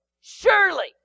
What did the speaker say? surely